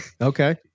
Okay